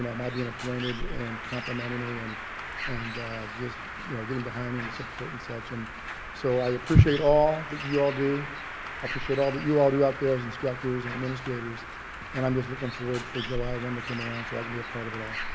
my being appointed and complimenting me and and just you know getting behind me and the support and such and so i appreciate all that you all do. i appreciate all that you all do out there as instructors and administrators and i'm just looking forward for july one to come around so i can be a part of it all.